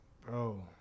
Bro